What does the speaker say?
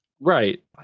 Right